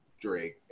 drake